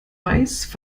weiß